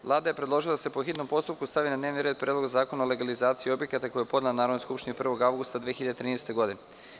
Vlada je predložila da se po hitnom postupku stavi na dnevni red Predlog zakona o legalizaciji objekata, koji je podnela Narodnoj skupštini 1. avgusta 2013. godine.